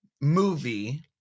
movie